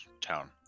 town